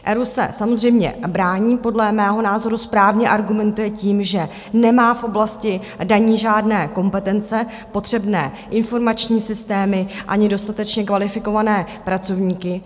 ERÚ se samozřejmě brání, podle mého názoru správně argumentuje tím, že nemá v oblasti daní žádné kompetence, potřebné informační systémy ani dostatečně kvalifikované pracovníky.